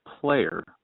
player